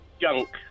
junk